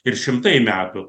ir šimtai metų